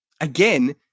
again